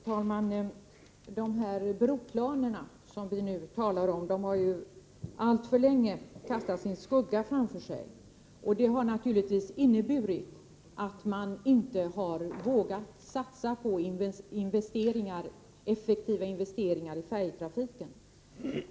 Fru talman! De broplaner som vi nu talar om har alltför länge kastat sin skugga framför sig, och det har naturligtvis inneburit att man inte har vågat satsa på effektiva investeringar i färjetrafiken.